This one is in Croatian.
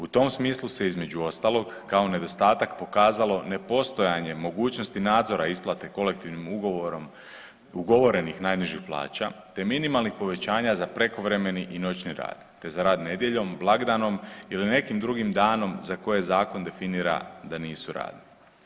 U tom smislu se između ostalog kao nedostatak pokazalo nepostojanje mogućnosti nadzora isplate kolektivnim ugovorom ugovorenih najnižih plaća, te minimalnih povećanja za prekovremeni i noćni rad, te za rad nedjeljom, blagdanom ili nekim drugim danom za koje zakon definira da nisu radni.